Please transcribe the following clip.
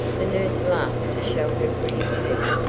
the nurse laughed to show her pretty teeth,